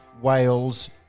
wales